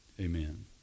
amen